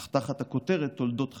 אך תחת הכותרת "תולדות חיי":